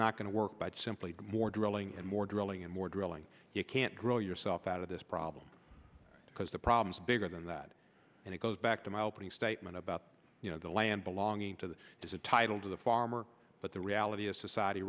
not going to work by simply more drilling and more drilling and more drilling you can't grow yourself out of this problem because the problem is bigger than that and it goes back to my opening statement about you know the land belonging to the is a title to the farmer but the reality is society